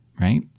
right